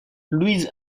louise